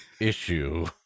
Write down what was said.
issue